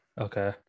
Okay